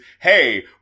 hey